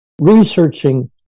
researching